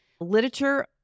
literature